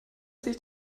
sich